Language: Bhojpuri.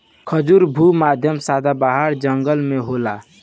खजूर भू मध्य सदाबाहर जंगल में होला